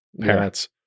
Parents